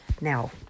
Now